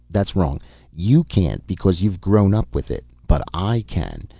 that's wrong you can't because you've grown up with it. but i can,